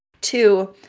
Two